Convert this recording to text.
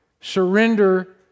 surrender